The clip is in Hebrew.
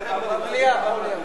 רבותי,